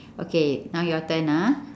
okay now your turn ah